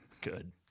Good